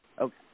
Okay